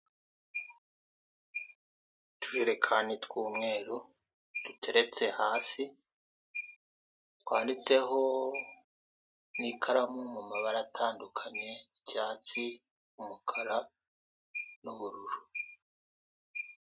Utujerekani tw'umweru duteretse hasi, twanditseho n'ikaramu mu mabara atandukanye: icyatsi, umukara n'ubururu.